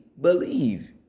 believe